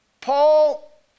Paul